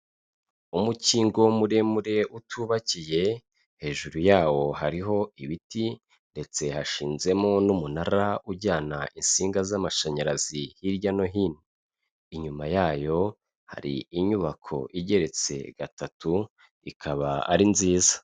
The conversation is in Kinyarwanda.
Umukingo muremure utubakiye, hejuru yawo hariho ibiti ndetse hashinzemo n'umunara ujyana insinga z'amashanyarazi hirya no hino, inyuma yayo hari inyubako igeretse gatatu ikaba ari nziza.